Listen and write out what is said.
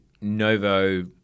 Novo